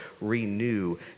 renew